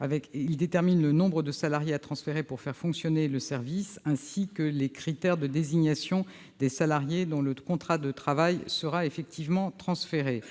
et vise à déterminer le nombre de salariés à transférer pour faire fonctionner le service, ainsi que les critères de désignation des salariés dont le contrat de travail sera effectivement transféré.